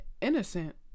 innocent